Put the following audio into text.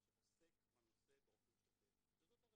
הוא מדבר באופן מפורש על micro